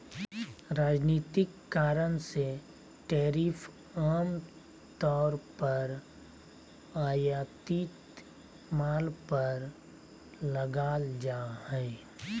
राजनीतिक कारण से टैरिफ आम तौर पर आयातित माल पर लगाल जा हइ